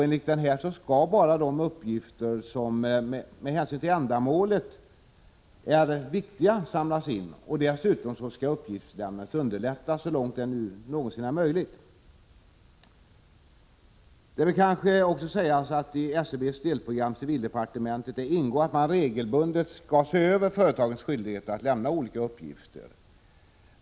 Enligt denna skall bara de uppgifter som med hänsyn till ändamålet är viktiga samlas in. Dessutom skall uppgiftslämnandet underlättas så långt det är möjligt. Det bör kanske också sägas att i SCB:s delprogram Civildepartementet ingår att man regelbundet skall se över företagens skyldigheter att lämna olika uppgifter.